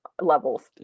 levels